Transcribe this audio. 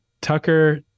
Tucker